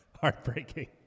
Heartbreaking